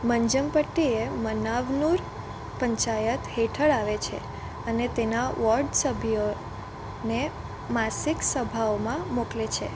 મંજમપટ્ટી એ મન્નાવનુર પંચાયત હેઠળ આવે છે અને તેના વોર્ડ સભ્યો ને માસિક સભાઓમાં મોકલે છે